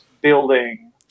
building